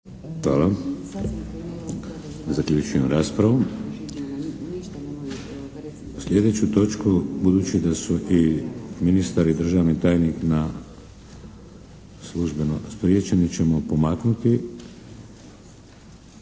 Vladimir (HDZ)** Sljedeću točku budući da su i ministar i državni tajnik službeno spriječeni ćemo pomaknuti